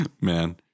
Man